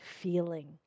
feeling